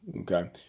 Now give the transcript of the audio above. okay